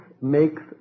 makes